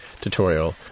tutorial